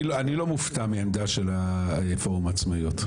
אני לא מופתע מהעמדה של פורום העצמאיות.